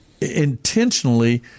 intentionally